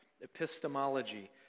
epistemology